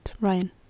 Ryan